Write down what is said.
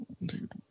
dude